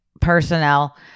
personnel